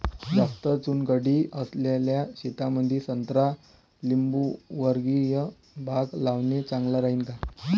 जास्त चुनखडी असलेल्या शेतामंदी संत्रा लिंबूवर्गीय बाग लावणे चांगलं राहिन का?